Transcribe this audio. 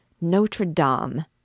Notre-Dame